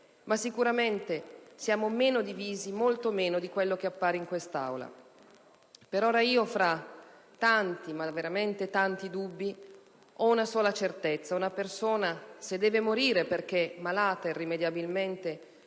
ma sicuramente siamo molto meno divisi di quel che appare in quest'Aula. Per ora io fra tanti, ma veramente tanti dubbi, ho una sola certezza: una persona, se deve morire perché malata irrimediabilmente,